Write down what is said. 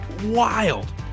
wild